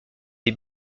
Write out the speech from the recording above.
des